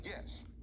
Yes